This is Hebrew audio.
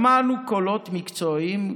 שמענו קולות מקצועיים,